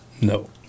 no